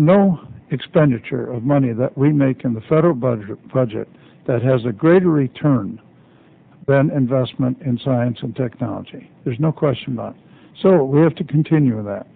no expenditure of money that we make in the federal budget project that has a greater return than investment in science and technology there's no question that so we have to continue with that